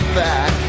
back